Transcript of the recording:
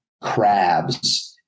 crabs